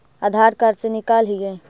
आधार card से निकाल हिऐ?